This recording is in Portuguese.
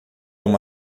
uma